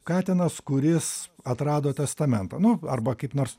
katinas kuris atrado testamentą nu arba kaip nors